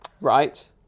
Right